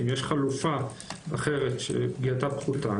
אם יש חלופה אחרת שפגיעתה פחותה,